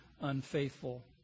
unfaithful